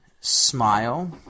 Smile –